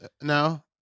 no